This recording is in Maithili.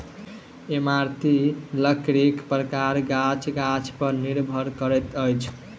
इमारती लकड़ीक प्रकार गाछ गाछ पर निर्भर करैत अछि